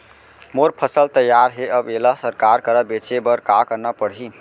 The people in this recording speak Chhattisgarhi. मोर फसल तैयार हे अब येला सरकार करा बेचे बर का करना पड़ही?